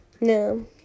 No